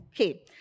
Okay